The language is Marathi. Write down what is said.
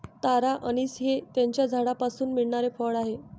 तारा अंनिस हे त्याच्या झाडापासून मिळणारे फळ आहे